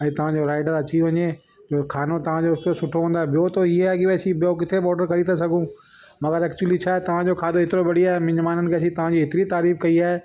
ऐं तव्हांजो राइडर अची वञे जो खानो तव्हांजो एतिरो सुठो हूंदो आहे ॿियो त हीउ आहे की भई असी ॿियो किथे बि ऑडर करे था सघूं मगर एक्चुली छाहे तव्हांजो खाधो एतिरो बढ़िया आहे मिजमाननि खे असां तव्हांजी एतिरी तारीफ़ कयी आहे